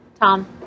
Tom